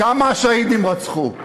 כמה השהידים רצחו?